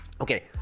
okay